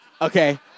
Okay